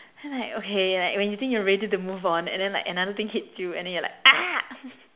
then like okay like when you think you're ready to move on and then like another thing hits you and then you're like